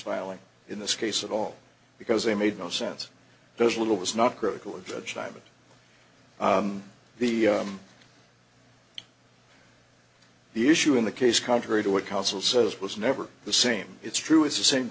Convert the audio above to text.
filing in this case at all because they made no sense those little was not critical of judge simon the the issue in the case contrary to what counsel says was never the same it's true it's the same